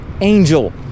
angel